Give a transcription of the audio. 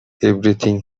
everything